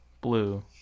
blue